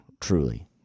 truly